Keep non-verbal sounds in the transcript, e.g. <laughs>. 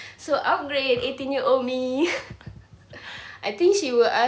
so upgrade eighteen year old me <laughs> I think she will ask